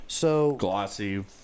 Glossy